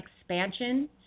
expansion